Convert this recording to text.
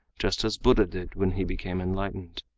just as buddha did when he became enlightened.